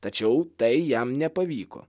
tačiau tai jam nepavyko